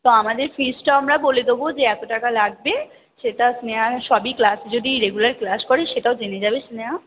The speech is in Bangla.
তো আমাদের ফিজটাও আমরা বলে দেবো যে এত টাকা লাগবে সেটা স্নেহা সবই ক্লাস যদি রেগুলার ক্লাস করে সেটাও জেনে যাবে স্নেহা